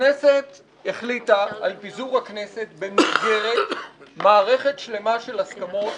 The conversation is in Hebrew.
הכנסת החליטה על פיזור הכנסת במסגרת מערכת שלמה של הסכמות